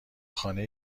خانه